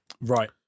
Right